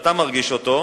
שאתה מרגיש אותו,